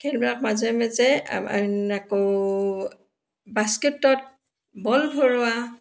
খেলবিলাক মাজে মাজে আমাৰ আকৌ বাস্কেটত বল ভৰোৱা